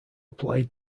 played